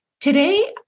Today